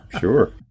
Sure